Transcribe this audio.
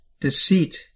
deceit